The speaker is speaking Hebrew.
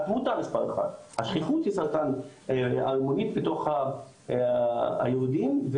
השכיחות של סרטן הערמונית בתוך היהודים,